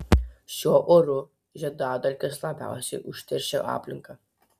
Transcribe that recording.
šiuo oru žiedadulkės labiausiai užteršia aplinką